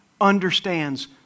understands